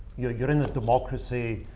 you're you're in a democracy.